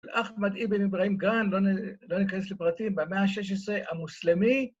אחמד אבן איבראהים גראן, לא ניכנס לפרטים, במאה ה-16 המוסלמי.